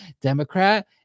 democrat